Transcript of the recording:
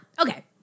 Okay